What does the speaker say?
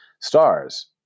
stars